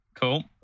Cool